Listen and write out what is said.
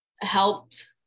helped